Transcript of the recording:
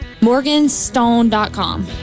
Morganstone.com